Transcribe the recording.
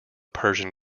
persian